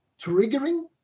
triggering